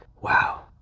wow